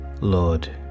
Lord